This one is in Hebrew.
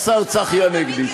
השר צחי הנגבי.